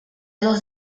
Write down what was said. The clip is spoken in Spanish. dos